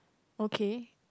okay